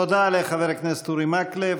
תודה לחבר הכנסת אורי מקלב.